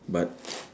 but